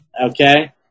okay